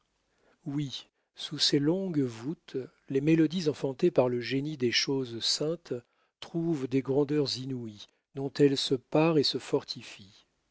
oui sous ces longues voûtes les mélodies enfantées par le génie des choses saintes trouvent des grandeurs inouïes dont elles se parent et se fortifient